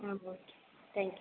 ah okay thank you